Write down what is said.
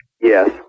Yes